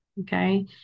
okay